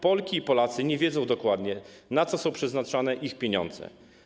Polki i Polacy nie wiedzą dokładnie, na co są przeznaczane ich pieniądze.